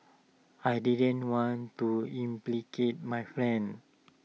I didn't want to implicate my friend